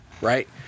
right